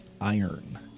iron